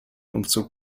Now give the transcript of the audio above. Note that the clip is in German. umzug